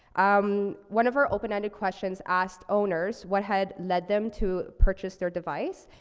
um, one of our open ended questions asked owners what had led them to purchase their device.